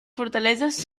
fortaleses